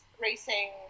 racing